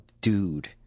dude